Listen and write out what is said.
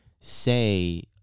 say